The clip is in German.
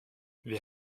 wir